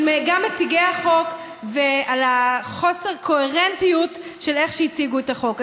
נציגי החוק ועל חוסר הקוהרנטיות של איך שהציגו את החוק.